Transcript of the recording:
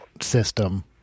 system